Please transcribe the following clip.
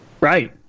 Right